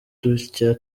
dutya